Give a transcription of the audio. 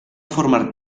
formar